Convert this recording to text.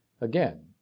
Again